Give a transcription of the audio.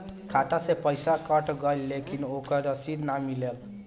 खाता से पइसा कट गेलऽ लेकिन ओकर रशिद न मिलल?